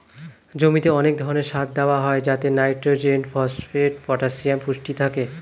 জমিতে অনেক ধরণের সার দেওয়া হয় যাতে নাইট্রোজেন, ফসফেট, পটাসিয়াম পুষ্টি থাকে